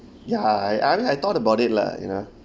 ya I I mean I thought about it lah you know